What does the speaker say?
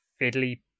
fiddly